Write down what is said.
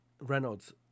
Reynolds